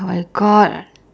oh my god